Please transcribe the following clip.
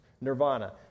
nirvana